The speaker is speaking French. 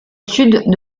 sud